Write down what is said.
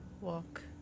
walk